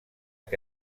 que